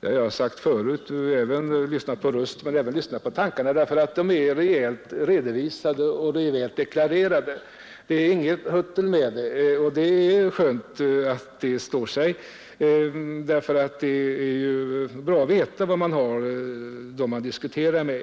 Det har jag sagt förut — det gäller inte bara rösten utan även tankarna, därför att de är rejält redovisade och rejält deklarerade. Det är inget huttel, och det är skönt att detta står sig, för det är ju bra att veta var man har dem som man diskuterar med.